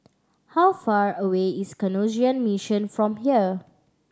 how far away is Canossian Mission from here